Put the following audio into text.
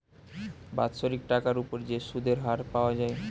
বাৎসরিক টাকার উপর যে সুধের হার পাওয়া যায়